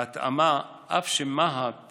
בהתאמה, אף שמה"ט